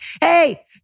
hey